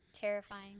Terrifying